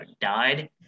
died